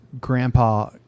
grandpa